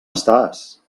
estàs